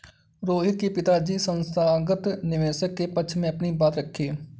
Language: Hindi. रोहित के पिताजी संस्थागत निवेशक के पक्ष में अपनी बात रखी